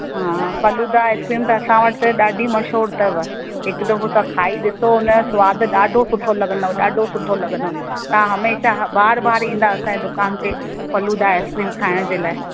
हा फ़ालूदा आइस्क्रीम त असां वटि ॾाढी मशहूर अथव हिकु दफ़ो तव्हां खाई ॾिसो हुनजो सवादु ॾाढो सुठो लॻंदव ॾाढो सुठो लॻंदव तव्हां हमेशह बार बार ईंदा असांजे दुकान ते फ़ालूदा आइस्क्रीम खाइण जे लाइ